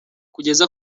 kugeza